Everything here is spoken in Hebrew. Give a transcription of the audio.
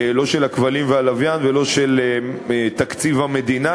לא של הכבלים והלוויין ולא של תקציב המדינה,